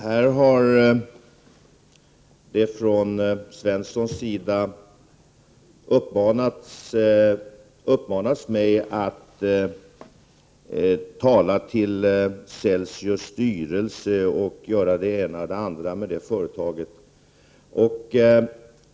Herr talman! Här har Svenson uppmanat mig att tala till Celsius styrelse och göra det ena och det andra med företaget.